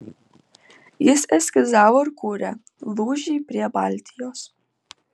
jis eskizavo ir kūrė lūžį prie baltijos